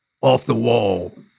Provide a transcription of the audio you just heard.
off-the-wall